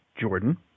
Jordan